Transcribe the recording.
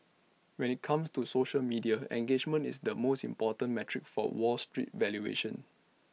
when IT comes to social media engagement is the most important metric for wall street valuations